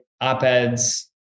op-eds